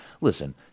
Listen